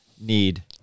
need